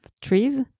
Trees